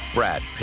Brad